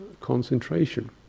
concentration